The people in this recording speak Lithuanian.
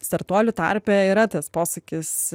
startuolių tarpe yra tas posakis